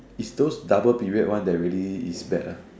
it's those double period one that really is bad ah